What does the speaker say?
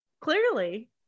Clearly